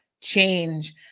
change